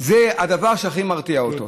זה הדבר שהכי ירתיע אותם.